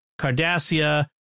Cardassia